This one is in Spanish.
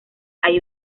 hay